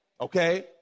okay